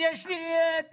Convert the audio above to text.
יש לי טענות,